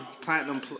platinum